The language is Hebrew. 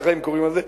כך הם קוראים לזה,